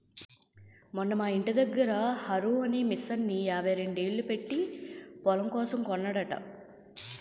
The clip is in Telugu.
మొన్న మా యింటి దగ్గర హారో అనే మిసన్ని యాభైరెండేలు పెట్టీ పొలం కోసం కొన్నాడట